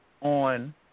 on